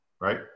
right